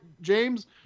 james